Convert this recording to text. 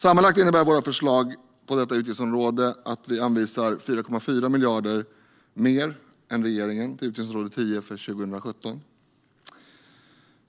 Sammanlagt innebär våra förslag på detta utgiftsområde att vi anvisar 4,4 miljarder mer än regeringen till utgiftsområde 10 för 2017.